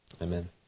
Amen